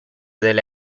delle